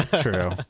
true